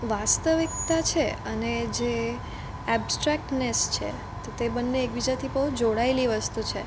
વાસ્તવિકતા છે અને જે અબ્સ્ટ્રૅકનેસ છે તો તે બન્ને એકબીજાથી બહુ જોડાયેલી વસ્તુ છે